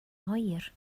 oer